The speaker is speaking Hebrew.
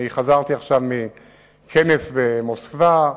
חזרתי עכשיו מכנס במוסקבה,